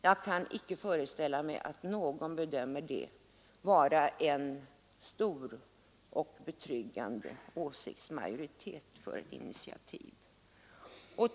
Jag kan inte föreställa mig att någon bedömer det vara en stor och betryggande majoritet för ett initiativ.